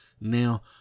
Now